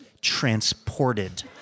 transported